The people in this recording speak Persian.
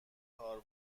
کار